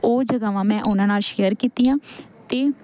ਉਹ ਜਗ੍ਹਾਵਾਂ ਮੈਂ ਉਹਨਾਂ ਨਾਲ ਸ਼ੇਅਰ ਕੀਤੀਆਂ ਅਤੇ